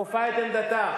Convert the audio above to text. כופה את עמדתה.